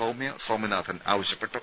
സൌമ്യ സ്വാമിനാഥൻ ആവശ്യപ്പെട്ടു